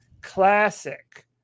classic